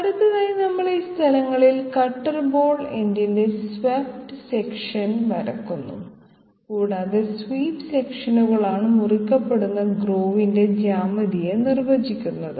അടുത്തതായി നമ്മൾ ഈ സ്ഥലങ്ങളിൽ കട്ടർ ബോൾ എൻഡിന്റെ സ്വെപ്റ്റ് സെക്ഷൻ വരയ്ക്കുന്നു കൂടാതെ സ്വീപ്പ് സെക്ഷനുകളാണ് മുറിക്കപ്പെടുന്ന ഗ്രോവിന്റെ ജ്യാമിതിയെ നിർവചിക്കുന്നത്